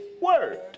word